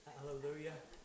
Hallelujah